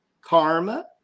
karma